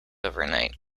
overnight